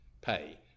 pay